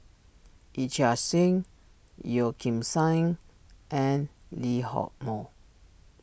Yee Chia Hsing Yeo Kim Seng and Lee Hock Moh